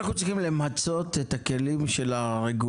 אנחנו צריכים למצות את הכלים של הרגולציה